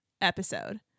episode